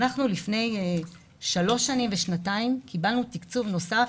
לפני שלוש שנים ושנתיים קיבלנו תקצוב נוסף